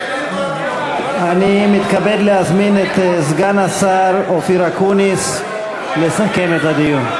אני מתכבד להזמין את סגן השר אופיר אקוניס לסכם את הדיון.